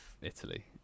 Italy